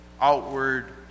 outward